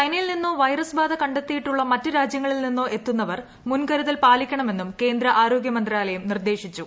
ചൈനയിൽ നിന്നോ വൈറസ് ബാധ കണ്ടെത്തിയിട്ടുള്ള മറ്റ് രാജ്യങ്ങളിൽ നിന്നോ എത്തുന്നവർ മുൻകരുതൽ പാലിക്കണമെന്നും കേന്ദ്ര ആരോഗ്യമന്ത്രാലയം നിർദ്ദേശിച്ചു